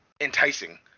enticing